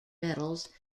medals